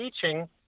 teaching